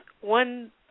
one